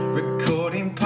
recording